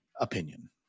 Opinion